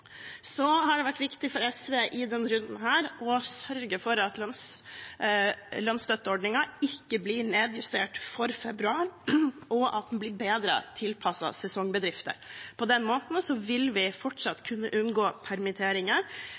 Så har det vært viktig for SV i denne runden å sørge for at lønnsstøtteordningen ikke blir nedjustert for februar, og at den blir bedre tilpasset sesongbedrifter. På den måten vil vi fortsatt kunne unngå permitteringer,